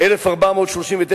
ב-1439,